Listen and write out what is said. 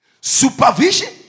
supervision